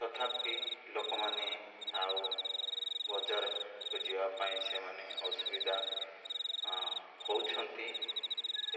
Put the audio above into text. ତଥାପି ଲୋକମାନେ ଆଉ ବଜାରକୁ ଯିବା ପାଇଁ ସେମାନେ ଅସୁବିଧା ହେଉଛନ୍ତି